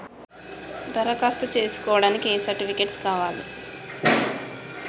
దరఖాస్తు చేస్కోవడానికి ఏ సర్టిఫికేట్స్ కావాలి?